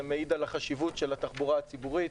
זה מעיד על החשיבות של התחבורה הציבורית,